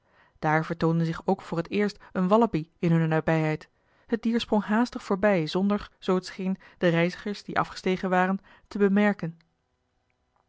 daar vertoonde zich ook voor t eerst een wallabie in hunne nabijheid het dier sprong haastig voorbij zonder zoo t scheen de reizigers die afgestegen waren te bemerken